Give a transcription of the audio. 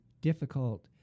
difficult